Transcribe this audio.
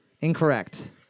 Incorrect